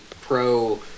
pro